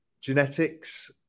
genetics